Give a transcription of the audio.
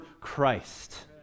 Christ